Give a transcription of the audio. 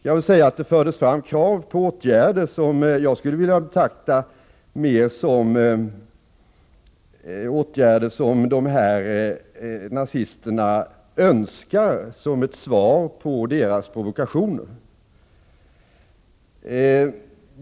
Det fördes emellertid fram krav på åtgärder som jag skulle tro att dessa nazister vill ha som ett svar på sina provokationer.